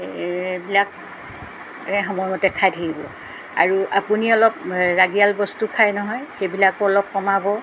এইবিলাকে সময়মতে খাই থাকিব আৰু আপুনি অলপ ৰাগিয়াল বস্তু খাই নহয় সেইবিলাকো অলপ কমাব